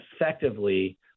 effectively